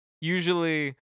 usually